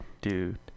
Dude